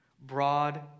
broad